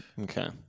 Okay